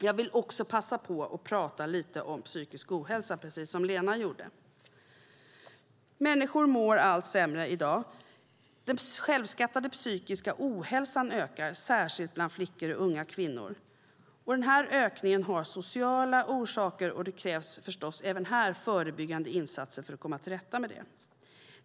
Jag vill också passa på att prata lite om psykisk ohälsa, precis som Lena gjorde. Människor mår allt sämre i dag. Den självskattade psykiska ohälsan ökar, särskilt bland flickor och unga kvinnor. Denna ökning har sociala orsaker, och det krävs förstås även här förebyggande insatser för att komma till rätta med det.